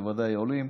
בוודאי עולים,